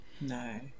no